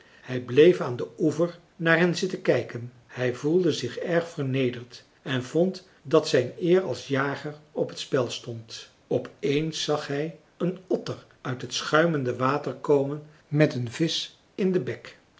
hij bleef aan den oever naar hen zitten kijken hij voelde zich erg vernederd en vond dat zijn eer als jager op t spel stond op eens zag hij een otter uit het schuimende water komen met een visch in den bek